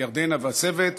וירדנה והצוות.